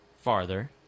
Farther